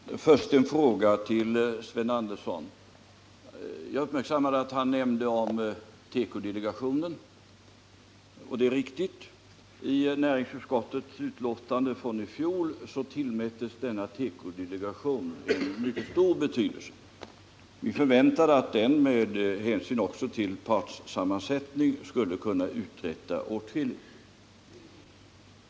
Herr talman! Först en fråga till Sven Andersson i Örebro. Jag uppmärksammade att han nämnde tekodelegationen. I näringsutskottets betänkande från i fjol tillmättes denna tekodelegation en mycket stor betydelse — det är riktigt. Vi förväntade att den, med hänsyn också till partsammansättningen, skulle kunna uträtta åtskilligt.